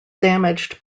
damaged